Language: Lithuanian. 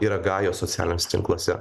yra gajos socialiniuose tinkluose